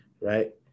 right